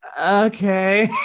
okay